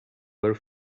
were